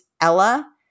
Ella